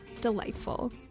delightful